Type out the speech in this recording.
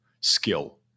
skill